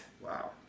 Wow